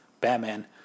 Batman